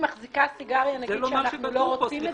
מחזיקה בסיגריה נגיד שאנחנו לא רוצים את זה?